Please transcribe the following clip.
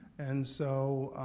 and so,